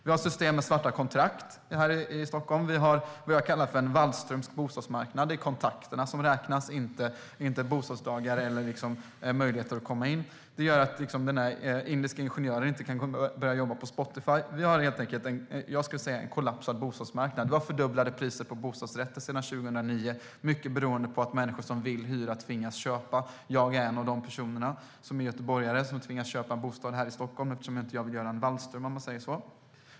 Vi har ett system med svarta kontrakt här i Stockholm. Vi har vad jag kallar för en wallströmsk bostadsmarknad - det är kontakterna som räknas, inte bostadsdagar eller möjligheter att komma in. Det gör att den där indiske ingenjören inte kan börja jobba på Spotify. Vi har helt enkelt vad jag skulle kalla för en kollapsad bostadsmarknad. Priserna på bostadsrätter har fördubblats sedan 2009, mycket beroende på att människor som vill hyra tvingas köpa. Jag är en av dessa personer. Jag är göteborgare och har tvingats köpa en bostad här i Stockholm eftersom jag inte vill göra en Wallström, om man säger så.